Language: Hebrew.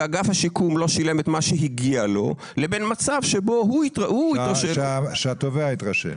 ואגף השיקום לא שילם את מה שהגיע לו לבין מצב שבו התובע התרשל.